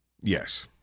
yes